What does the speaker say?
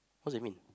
what do you mean